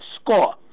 score